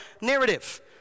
narrative